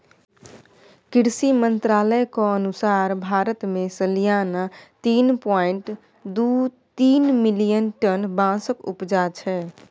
कृषि मंत्रालयक अनुसार भारत मे सलियाना तीन पाँइट दु तीन मिलियन टन बाँसक उपजा छै